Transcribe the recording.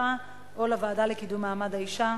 והרווחה או לוועדה לקידום מעמד האשה,